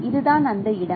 இதுதான் அந்த இடம்